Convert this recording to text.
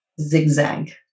zigzag